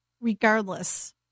regardless